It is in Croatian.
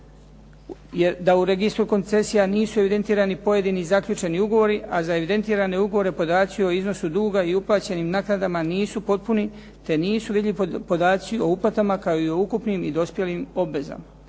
da u registru koncesija nisu evidentirani pojedini zaključeni ugovori, a za evidentirane ugovore podaci o iznosu duga i uplaćenim naknadama nisu potpuni, te nisu vidljivi podaci o uplatama kao i o ukupnim i dospjelim obvezama.